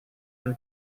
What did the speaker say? can